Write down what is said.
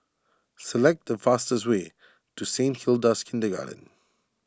select the fastest way to Saint Hilda's Kindergarten